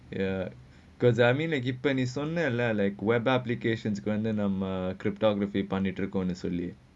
ya because I mean like இப்பே நீ சொன்னே:ippe nee sonnae leh like web applications வந்து:vanthu cryptography பண்ணிட்டேருக்கும்னு சொல்லி:pannitaerukkumnu solli